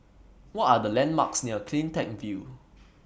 What Are The landmarks near CleanTech View